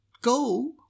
go